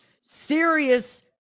serious